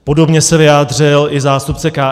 Podobně se vyjádřil i zástupce KSČM.